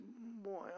boy